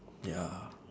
ya